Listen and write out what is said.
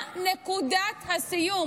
מה נקודת הסיום?